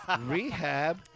Rehab